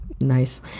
Nice